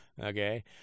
okay